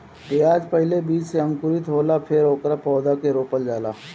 प्याज पहिले बीज से अंकुरित होला फेर ओकरा पौधा के रोपल जाला